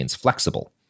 flexible